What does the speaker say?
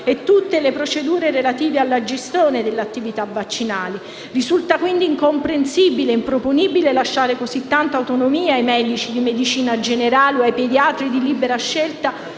e tutto le procedure relative alla gestione dell'attività vaccinale. Risulta quindi impensabile e improponibile lasciare così tanta autonomia a medici di medicina generale o pediatri di libera scelta